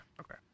okay